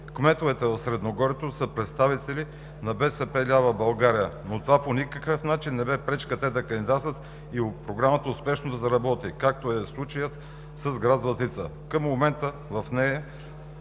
Кметовете в Средногорието са представители на „БСП лява България%, но това по никакъв начин не бе пречка те да кандидатстват и Програмата успешно да заработи, какъвто е случаят с гр. Златица. Към момента в